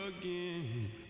again